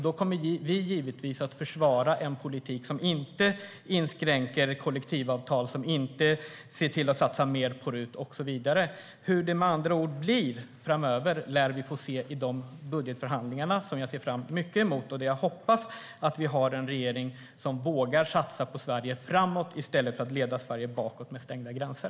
Då kommer vi givetvis att försvara en politik som inte inskränker kollektivavtal, som inte satsar mer på RUT och så vidare. Hur det blir framöver lär vi med andra ord få se i de budgetförhandlingarna, som jag ser mycket fram emot. Jag hoppas att vi har en regering som vågar satsa på Sverige framåt i stället för att leda Sverige bakåt med stängda gränser.